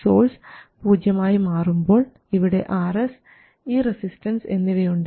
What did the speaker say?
source പൂജ്യമായി മാറുമ്പോൾ ഇവിടെ R s ഈ റെസിസ്റ്റൻസ് എന്നിവയുണ്ട്